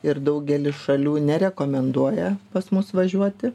ir daugelis šalių nerekomenduoja pas mus važiuoti